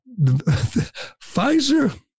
Pfizer